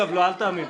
אל תאמין.